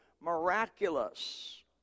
Miraculous